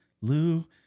Lou